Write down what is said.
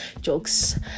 jokes